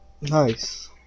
Nice